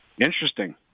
Interesting